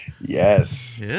Yes